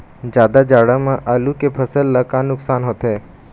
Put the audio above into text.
जादा जाड़ा म आलू के फसल ला का नुकसान होथे?